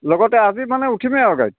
লগতে আজি মানে উঠিমেই আৰু গাড়ীত